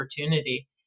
opportunity